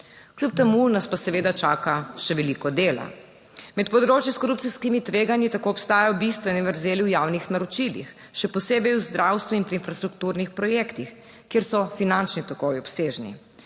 Kljub temu nas pa seveda čaka še veliko dela. Med področji s korupcijskimi tveganji tako obstajajo bistvene vrzeli v javnih naročilih, še posebej v zdravstvu in pri infrastrukturnih projektih, kjer so finančni tokovi obsežni.